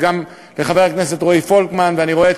וגם את חבר הכנסת רועי פולקמן,